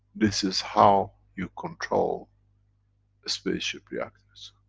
this is how you control the spaceship reactors.